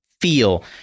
feel